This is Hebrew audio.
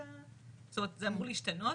זה אמור להשתנות,